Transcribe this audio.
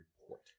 report